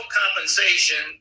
compensation